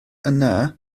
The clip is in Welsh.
yna